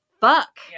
fuck